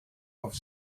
auf